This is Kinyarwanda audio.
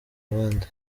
abandi